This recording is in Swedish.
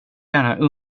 gärna